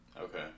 Okay